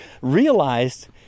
realized